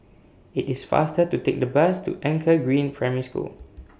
IT IS faster to Take The Bus to Anchor Green Primary School